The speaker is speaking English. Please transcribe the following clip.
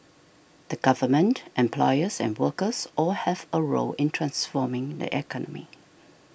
the Government employers and workers all have a role in transforming the economy